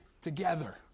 together